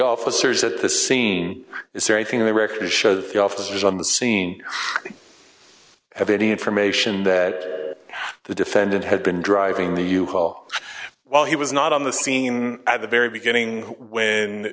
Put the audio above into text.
officers at the scene is there anything in the records show that the officers on the scene have any information that the defendant had been driving the you haul while he was not on the scene at the very beginning when